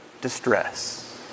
distress